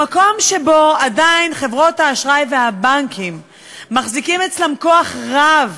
במקום שבו עדיין חברות האשראי והבנקים מחזיקים אצלם כוח רב,